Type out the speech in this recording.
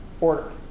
order